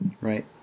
Right